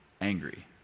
angry